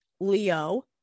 Leo